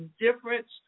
difference